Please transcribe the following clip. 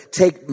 take